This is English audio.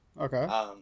Okay